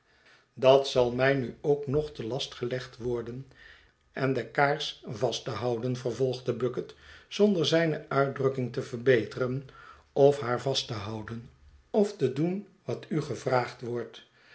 dat zal mij nu ook nog te last gelegd worden en de kaars vast te houden vervolgde bucket zonder zijne uitdrukking te verbeteren of haar vast te houden of te doen wat u gevraagd wordt